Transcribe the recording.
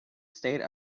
state